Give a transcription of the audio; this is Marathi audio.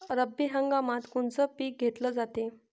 रब्बी हंगामात कोनचं पिक घेतलं जाते?